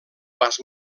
pas